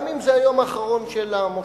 גם אם זה היום האחרון של המושב.